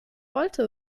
wollte